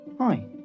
Hi